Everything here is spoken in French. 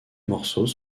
morceaux